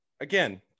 again